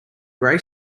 gray